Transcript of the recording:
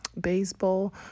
baseball